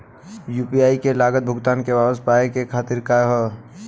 UPI से गलत भुगतान के वापस पाये के तरीका का ह?